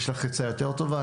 יש לך הצעה יותר טובה?